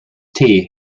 gives